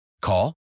Call